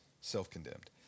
self-condemned